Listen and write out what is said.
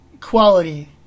quality